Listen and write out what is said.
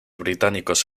británicos